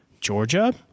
Georgia